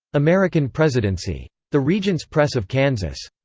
american presidency. the regents press of kansas.